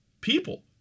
People